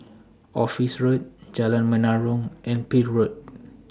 Office Road Jalan Menarong and Peel Road